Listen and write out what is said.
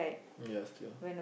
ya still